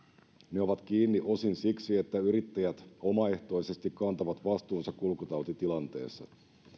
ne ovat kiinni osin siksi että yrittäjät omaehtoisesti kantavat vastuunsa kulkutautitilanteessa